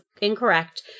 incorrect